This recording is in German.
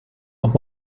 noch